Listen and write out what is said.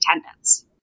attendance